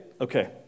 Okay